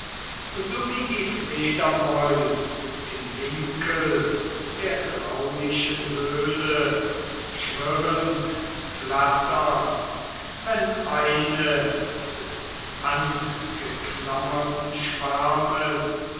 so wie die fledermäus im winkel der graulichen höhle schwirrend flattern wenn eine des angeklammerten schwarmes